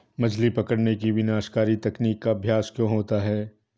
मछली पकड़ने की विनाशकारी तकनीक का अभ्यास क्यों होता है?